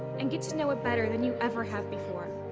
and get to know it better than you ever have before.